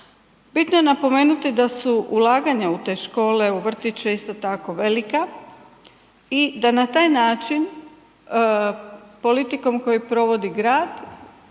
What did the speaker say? Bitno je napomenuti da su ulaganja u te škole u vrtiće isto tako velika i da na taj način politikom koju provodi grad